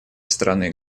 стороны